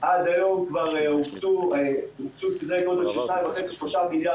שזה לא מענה בהכרח פיסקלי,